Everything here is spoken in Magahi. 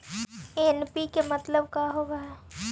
एन.पी.के मतलब का होव हइ?